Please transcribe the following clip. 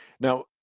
Now